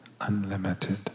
unlimited